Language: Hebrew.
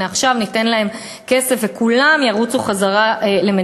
הנה עכשיו ניתן להם כסף וכולם ירוצו למדינתם.